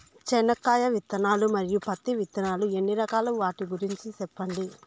చెనక్కాయ విత్తనాలు, మరియు పత్తి విత్తనాలు ఎన్ని రకాలు వాటి గురించి సెప్పండి?